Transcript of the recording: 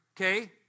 okay